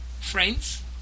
Friends